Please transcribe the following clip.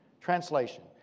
translation